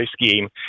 scheme